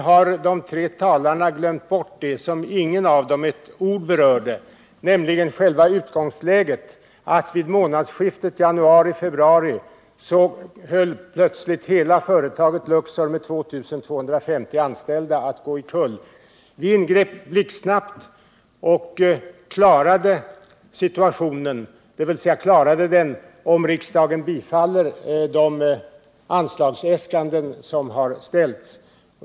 Har de tre talarna glömt bort det som ingen av dem med ett ord berört, nämligen själva utgångspunkten, att vid månadsskiftet januari-februari höll plötsligt hela företaget Luxor med 2250 anställda på att gå omkull? Vi ingrep blixtsnabbt och klarade situationen, dvs. om riksdagen bifaller de anslagsäskanden som har framställts.